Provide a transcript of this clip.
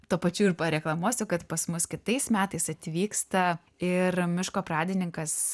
tuo pačiu ir pareklamuosiu kad pas mus kitais metais atvyksta ir miško pradininkas